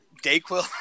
Dayquil